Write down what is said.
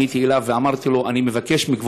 אני כבר פעם אחת פניתי אליו ואמרתי לו: אני מבקש מכבודו